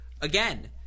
again—